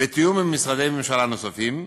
בתיאום עם משרדי ממשלה נוספים.